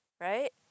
right